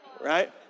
Right